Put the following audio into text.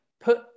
put